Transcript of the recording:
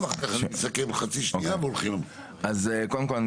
אז קודם כל,